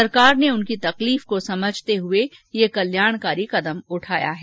सरकार ने उनकी तकलीफ को समझते हुए यह कल्याणकारी कदम उठाया है